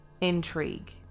intrigue